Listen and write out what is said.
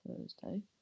Thursday